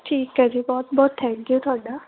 ਠੀਕ ਹੈ ਜੀ ਬਹੁਤ ਬਹੁਤ ਥੈਂਕ ਯੂ ਤੁਹਾਡਾ